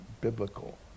biblical